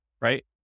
right